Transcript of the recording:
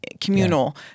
communal